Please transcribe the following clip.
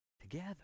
together